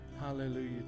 Hallelujah